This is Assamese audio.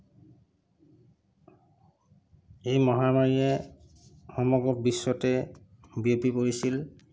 এই মহামাৰীয়ে সমগ্ৰ বিশ্বতে বিয়পি পৰিছিল